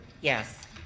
Yes